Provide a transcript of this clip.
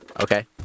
Okay